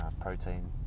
protein